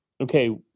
okay